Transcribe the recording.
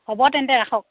হ'ব তেন্তে ৰাখক